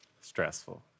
Stressful